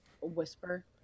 whisper